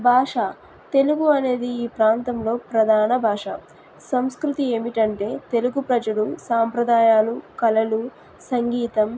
భాష తెలుగు అనేది ఈ ప్రాంతంలో ప్రధాన భాష సంస్కృతి ఏమిటంటే తెలుగు ప్రజలు సాంప్రదాయాలు కళలు సంగీతం